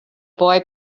boy